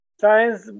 science